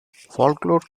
folklore